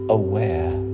aware